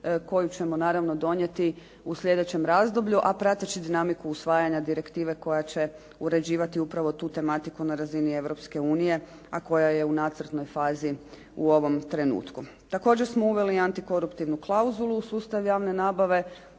koju ćemo naravno donijeti u sljedećem razdoblju, a prateći dinamiku usvajanja direktive koja će uređivati upravo tu tematiku na razini Europske unije, a koja je u nacrtnoj fazi u ovom trenutku. Također smo uveli antikoruptivnu klauzulu u sustav javne nabave.